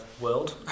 world